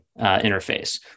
interface